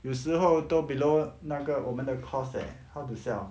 有时候都 below 那个我们的 cost eh how to sell